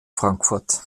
frankfurt